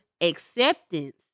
acceptance